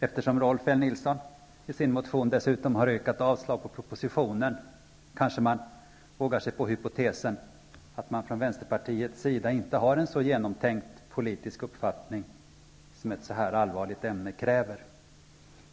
Eftersom Rolf L. Nilson i sin motion dessutom har yrkat avslag på propositionen, kanske man vågar sig på hypotesen att Vänsterpartiet inte har en så genomtänkt politisk uppfattning som ett så här allvarligt ämne kräver.